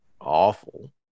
awful